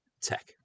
Tech